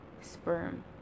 sperm